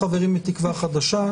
יש שלושה חברים מתקווה חדשה.